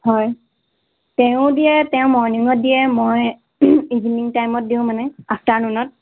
হয় তেওঁ দিয়ে তেওঁ মৰ্ণিঙত দিয়ে মই ইভিনিং টাইমত দিওঁ মানে আফটাৰনুনত